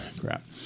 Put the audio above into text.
crap